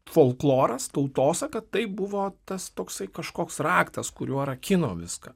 folkloras tautosaka tai buvo tas toksai kažkoks raktas kuriuo rakino viską